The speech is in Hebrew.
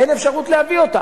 אין אפשרות להביא אותם.